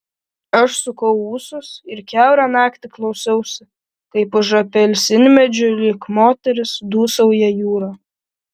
aš sukau ūsus ir kiaurą naktį klausiausi kaip už apelsinmedžių lyg moteris dūsauja jūra